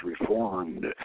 reformed